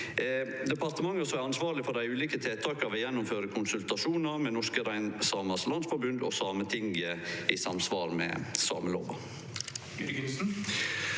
Departementa som er ansvarlege for dei ulike tiltaka, vil gjennomføre konsultasjonar med Norske Reindriftsamers Landsforbund og Sametinget i samsvar med samelova.